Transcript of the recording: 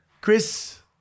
Chris